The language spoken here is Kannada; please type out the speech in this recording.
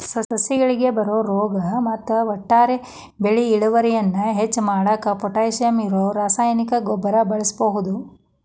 ಸಸಿಗಳಿಗೆ ಬರೋ ರೋಗ ಮತ್ತ ಒಟ್ಟಾರೆ ಬೆಳಿ ಇಳುವರಿಯನ್ನ ಹೆಚ್ಚ್ ಮಾಡಾಕ ಪೊಟ್ಯಾಶಿಯಂ ಇರೋ ರಾಸಾಯನಿಕ ಗೊಬ್ಬರ ಬಳಸ್ಬಹುದು